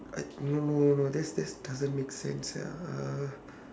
I no no no no that's that doesn't make sense ah